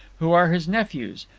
who are his nephews,